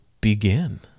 begin